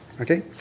okay